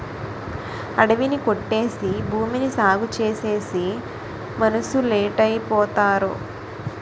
అడివి ని కొట్టేసి భూమిని సాగుచేసేసి మనుసులేటైపోతారో